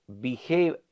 behave